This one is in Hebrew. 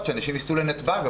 הבטיחות של הנוסעים היא מעל לכל.